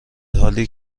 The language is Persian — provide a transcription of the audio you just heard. حالی